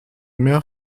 mehr